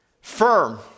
firm